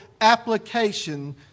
application